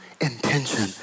intention